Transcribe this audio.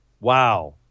Wow